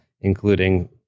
including